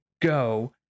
go